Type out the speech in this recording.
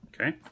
Okay